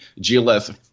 GLS